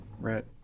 right